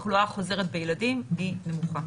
התחלואה החוזרת בילדים היא נמוכה.